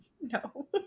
no